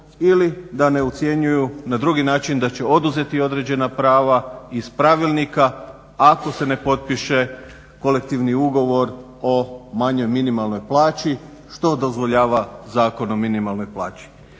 ili da ne ucjenjuju na drugi način da će oduzeti određena prava iz pravilnika ako se ne potpiše kolektivni ugovor o manjoj minimalnoj plaći što dozvoljava Zakon o minimalnoj plaći.